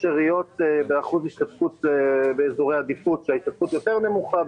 עיריות באזורי עדיפות שם ההשתתפות יותר נמוכה.